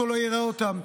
אוטו לא יראה אותם.